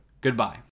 Goodbye